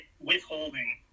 withholding